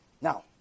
Now